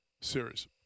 series